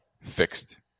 fixed